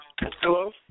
Hello